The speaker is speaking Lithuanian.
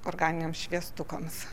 organiniams šviestukams